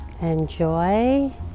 Enjoy